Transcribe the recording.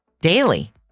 daily